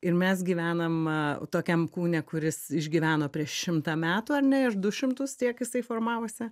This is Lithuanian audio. ir mes gyvenam tokiam kūne kuris išgyveno prieš šimtą metų ar ne ir du šimtus tiek jisai formavosi